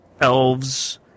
elves